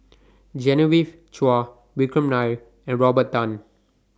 Genevieve Chua Vikram Nair and Robert Tan